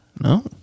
No